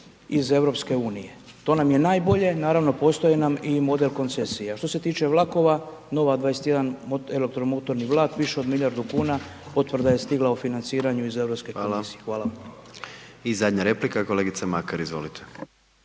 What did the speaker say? iz EU. To nam je najbolje, naravno postoje nam i model koncesije. Što se tiče vlakova nova 21 elektromotorni vlak, više od milijardu kuna, potvrda je stigla o financiranju iz Europske komisije. Hvala. **Jandroković, Gordan (HDZ)** Hvala.